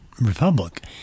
Republic